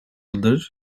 yıldır